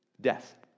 death